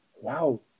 wow